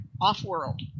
off-world